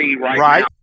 right